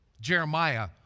Jeremiah